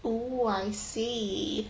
oh I see